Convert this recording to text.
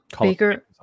Baker